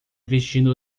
vestindo